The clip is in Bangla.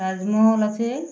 তাজমহল আছে